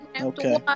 Okay